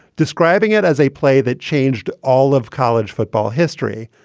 describing it as a play that changed all of college football history.